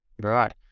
Right